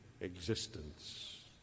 existence